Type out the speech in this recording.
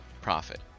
profit